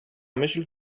myśl